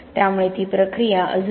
त्यामुळे ती प्रक्रिया अजूनही सुरू आहे